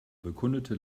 bekundete